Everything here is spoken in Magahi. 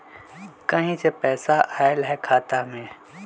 कहीं से पैसा आएल हैं खाता में?